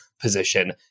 position